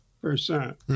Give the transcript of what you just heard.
percent